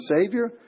savior